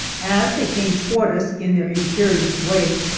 as they came toward us in their imperious way,